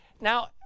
Now